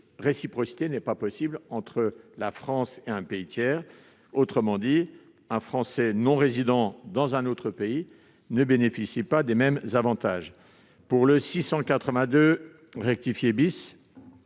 réciprocité n'est pas possible entre la France et un pays tiers. Autrement dit, un Français résidant dans un autre pays ne bénéficie pas des mêmes avantages. L'amendement n°